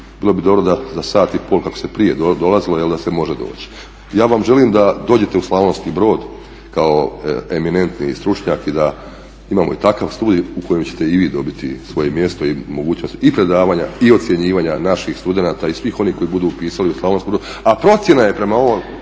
bilo bi dobro da za sat i pol kako se prije dolazilo može doći. Ja vam želim da dođete u Slavonski Brod kao eminentni stručnjak i da imamo i takav studij u kojem ćete i vi dobit svoje mjesto i mogućnost i predavanja i ocjenjivanja naših studenata i svih onih koji budu upisali u Slavonskom Brodu, a procjena je prema ovom